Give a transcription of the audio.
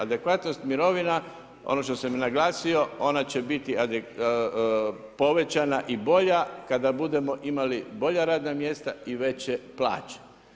Adekvatnost mirovina, ono što sam i naglasio, ona će biti povećana i bolja, kada budemo imali bolja radna mjesta i veće plaće.